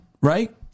right